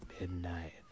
midnight